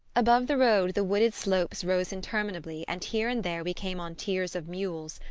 above the road the wooded slopes rose interminably and here and there we came on tiers of mules,